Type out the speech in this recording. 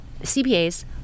CPAs